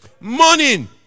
morning